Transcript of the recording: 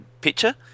Picture